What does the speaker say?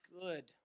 good